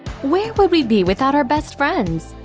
where would we be without our best friends?